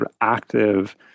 active